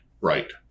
right